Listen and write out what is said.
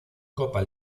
copa